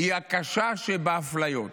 היא הקשה שבאפליות".